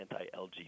anti-LGBT